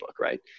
right